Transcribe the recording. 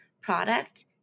product